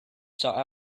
sought